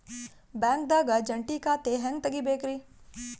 ಬ್ಯಾಂಕ್ದಾಗ ಜಂಟಿ ಖಾತೆ ಹೆಂಗ್ ತಗಿಬೇಕ್ರಿ?